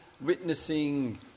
witnessing